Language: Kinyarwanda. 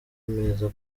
meza